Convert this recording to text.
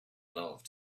love